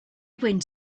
went